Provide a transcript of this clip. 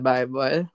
Bible